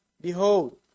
Behold